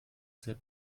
sehr